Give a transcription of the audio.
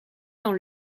dans